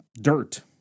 dirt